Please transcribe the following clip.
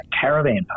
caravan